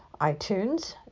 itunes